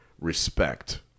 respect